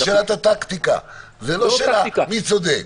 אבל זו שאלת הטקטיקה, זה לא שאלה מי צודק.